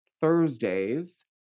Thursdays